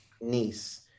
niece